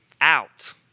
out